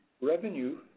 revenue